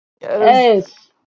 Yes